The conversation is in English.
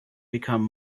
become